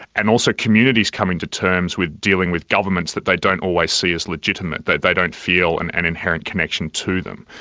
and also communities coming to terms with dealing with governments that they don't always see as legitimate, that they don't feel an and and inherent connection to them.